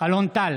אלון טל,